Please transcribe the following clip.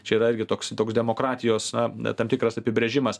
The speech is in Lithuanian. čia yra irgi toks toks demokratijos na tam tikras apibrėžimas